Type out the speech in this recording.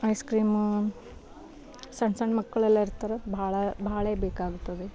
ice cream ಸಣ್ಣ ಸಣ್ಣ ಮಕ್ಕಳೆಲ್ಲ ಇರ್ತಾರೆ ಬಹಳ ಬಹಳ ಬೇಕಾಗ್ತದೆ